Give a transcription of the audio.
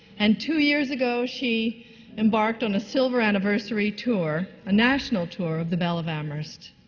and two years ago, she embarked on a silver anniversary tour, a national tour of the belle of amherst.